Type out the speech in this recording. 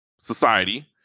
society